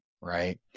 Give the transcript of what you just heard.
right